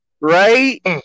Right